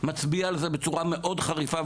מצביע על זה בצורה מאוד חריפה,